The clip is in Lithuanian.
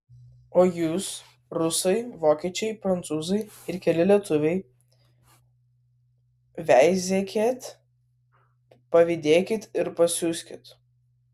o jūs rusai vokiečiai prancūzai ir keli lietuviai veizėkit pavydėkit ir pasiuskit